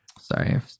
Sorry